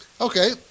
Okay